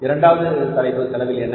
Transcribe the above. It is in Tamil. இரண்டாவது தலைப்பு செலவில் என்ன